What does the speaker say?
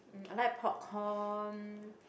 um I like popcorn